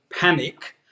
panic